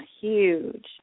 huge